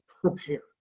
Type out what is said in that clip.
prepare